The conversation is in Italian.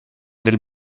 del